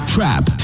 Trap